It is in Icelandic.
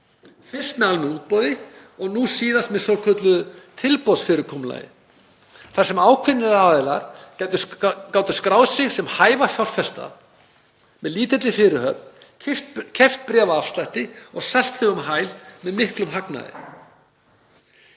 fyrst með almennu útboði og nú síðast með svokölluðu tilboðsfyrirkomulagi þar sem ákveðnir aðilar gátu skráð sig sem hæfa fjárfesta með lítilli fyrirhöfn, keypt bréf á afslætti og selt þau um hæl með miklum hagnaði.